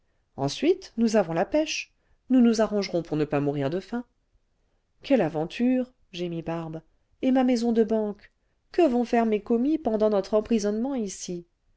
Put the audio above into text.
ensuite nous avons la pêche nous nous arrangerons pour ne pas mourir de faim quelle aventure gémit barbe et ma maison de banque que vont faire mes commis pendant notre emprisonnement ici